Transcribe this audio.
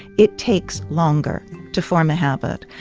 it takes longer to form a habit.